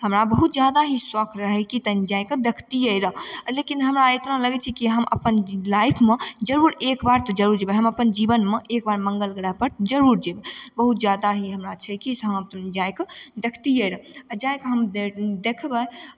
हमरा बहुत ज्यादा ही शौक रहय कि तनी जाय कऽ देखतियै रहए आ लेकिन हमरा इतना लगै छै कि हम अपन लाइफमे जरूर एक बार तऽ जरूर जयबै हम अपन जीवनमे एक बार मङ्गल ग्रहपर जरूर जेबै बहुत ज्यादा ही हमरा छै कि से हम जाय कऽ देखतियै रहए आ जाय कऽ हम दे देखबै